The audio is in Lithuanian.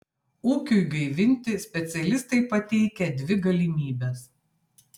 ūkiui gaivinti specialistai pateikia dvi galimybes